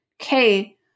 okay